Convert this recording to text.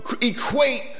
equate